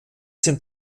sind